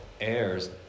heirs